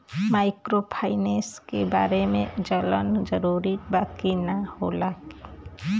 Microfinance के बारे में जानल जरूरी बा की का होला ई?